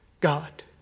God